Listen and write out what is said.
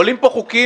עולים פה חוקים,